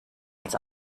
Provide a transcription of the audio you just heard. als